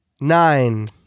nine